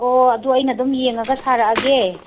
ꯑꯣ ꯑꯗꯣ ꯑꯩꯅ ꯑꯗꯨꯝ ꯌꯦꯡꯉꯒ ꯁꯥꯔꯛꯑꯒꯦ